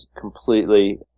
completely